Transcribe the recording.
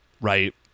right